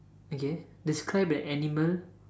okay describe a animal